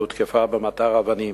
הותקפה במטר אבנים.